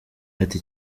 ati